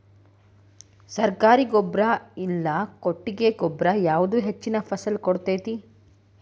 ಸರ್ಕಾರಿ ಗೊಬ್ಬರ ಇಲ್ಲಾ ಕೊಟ್ಟಿಗೆ ಗೊಬ್ಬರ ಯಾವುದು ಹೆಚ್ಚಿನ ಫಸಲ್ ಕೊಡತೈತಿ?